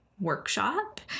Workshop